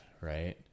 right